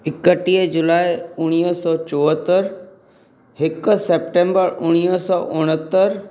इकटीह जुलाई उणिवींह सौ चोहतरि हिकु सेप्टेंबर उणिवींह सौ उणहतरि